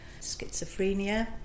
schizophrenia